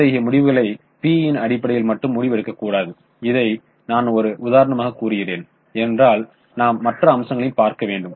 அத்தகைய முடிவுகளை PE யின் அடிப்படையில் மட்டும் முடிவு எடுக்க கூடாது இதை நான் ஒரு உதாரணமாக கூறுகிறேன் ஏனென்றால் நாம் மற்ற அம்சங்களையும் பார்க்க வேண்டும்